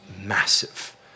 massive